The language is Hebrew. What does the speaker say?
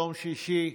יום שישי,